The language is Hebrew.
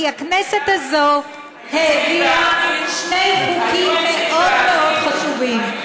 כי הכנסת הזאת העבירה שני חוקים מאוד מאוד חשובים.